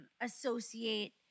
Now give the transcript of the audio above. associate